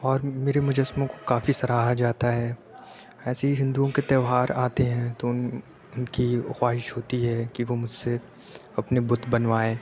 اور میرے مجسموں کو کافی سراہا جاتا ہے ایسے ہی ہندوؤں کے تہوار آتے ہیں تو اُن اُن کی خواہش ہوتی ہے کہ وہ مجھ سے اپنے بُت بنوائیں